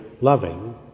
loving